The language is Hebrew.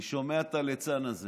אני שומע את הליצן הזה